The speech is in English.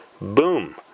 boom